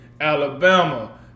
Alabama